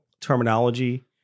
terminology